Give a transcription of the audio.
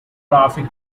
graphic